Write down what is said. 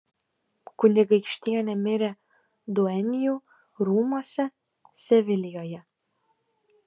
kunigaikštienė mirė duenjų rūmuose sevilijoje